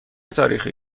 تاریخی